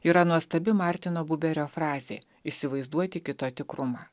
yra nuostabi martino guberio frazė įsivaizduoti kito tikrumą